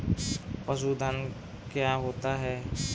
पशुधन क्या होता है?